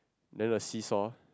then the seesaw